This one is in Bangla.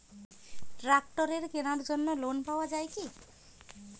ট্রাক্টরের কেনার জন্য লোন পাওয়া যায় কি?